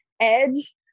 edge